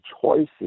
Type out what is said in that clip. choices